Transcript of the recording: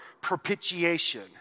propitiation